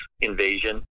invasion